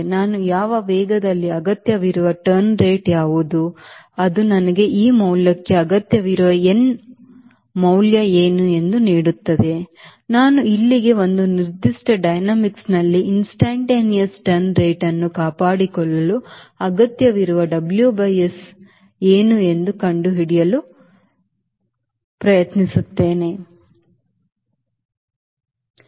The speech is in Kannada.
ನಾನು ಯಾವ ವೇಗದಲ್ಲಿ ಅಗತ್ಯವಿರುವ turn rate ಯಾವುದು ಅದು ನನಗೆ ಈ ಮೌಲ್ಯಕ್ಕೆ ಅಗತ್ಯವಿರುವ n ನ ಮೌಲ್ಯ ಏನು ಎಂದು ನೀಡುತ್ತದೆ ನಾನು ಇಲ್ಲಿಗೆ ಬಂದು ನಿರ್ದಿಷ್ಟ ಡೈನಾಮಿಕ್ನಲ್ಲಿ instantaneous turn rateನ್ನು ಕಾಪಾಡಿಕೊಳ್ಳಲು ಅಗತ್ಯವಿರುವ W by S ಏನು ಎಂದು ಕಂಡುಹಿಡಿಯುತ್ತೇನೆ ಒತ್ತಡ